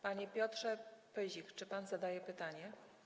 Panie Piotrze Pyzik, czy pan zadaje pytanie?